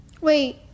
Wait